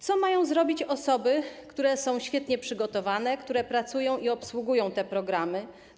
Co mają zrobić osoby, które są świetnie przygotowane, które pracują i obsługują te programy?